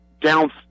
down